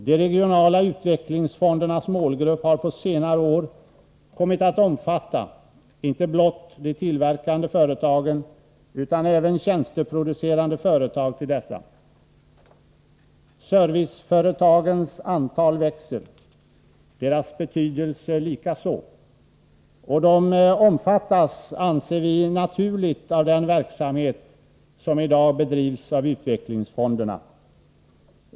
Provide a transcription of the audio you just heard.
De regionala utvecklingsfondernas målgrupp har på senare år kommit att omfatta inte blott de tillverkande företagen utan även tjänsteproducerande företag som dessa anlitar. Serviceföretagens antal växer, deras betydelse likaså, och de omfattas, anser vi, naturligt av den verksamhet som i dag bedrivs av utvecklingsfonderna.